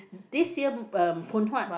this year uh Phoon Huat